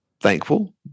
thankful